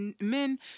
men